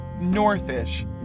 north-ish